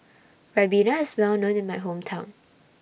Ribena IS Well known in My Hometown